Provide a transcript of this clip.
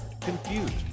confused